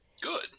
Good